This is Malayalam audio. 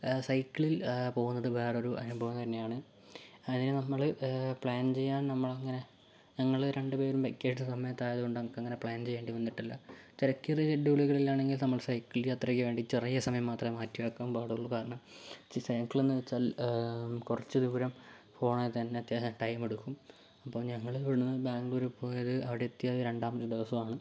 സൈക്കിളിൽ പോകുന്നത് വേറൊരു അനുഭവം തന്നെയാണ് അതിനു നമ്മൾ പ്ലാൻ ചെയ്യാൻ നമ്മളങ്ങനെ ഞങ്ങൾ രണ്ടുപേരും വെക്കേഷൻ സമയത്തായതുകൊണ്ട് എനിക്കങ്ങനെ പ്ലാൻ ചെയ്യേണ്ടി വന്നിട്ടില്ല തിരക്കേറിയ ഷെഡ്യുളുകളിലാണെങ്കിൽ നമ്മൾ സൈക്കിൾ യാത്ര ചെയ്യാൻ വേണ്ടി ചെറിയ സമയം മാത്രം മാറ്റി വയ്ക്കാൻ പാടുള്ളൂ കാരണം സൈക്കിളെന്ന് വച്ചാൽ കുറച്ച് ദൂരം പോകണമെങ്കിൽ തന്നെ അത്യാവശ്യം ടൈമെടുക്കും അപ്പോൾ ഞങ്ങൾ ഇവടെനിന്ന് ബാംഗ്ലൂര് പോയത് അവിടെ എത്തിയത് രണ്ടാമത്തെ ദിവസമാണ്